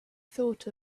thought